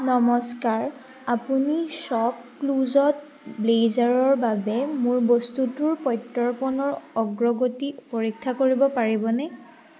নমস্কাৰ আপুনি শ্বপক্লুজত ব্লেজাৰৰ বাবে মোৰ বস্তুটোৰ প্ৰত্যৰ্পণৰ অগ্ৰগতি পৰীক্ষা কৰিব পাৰিবনে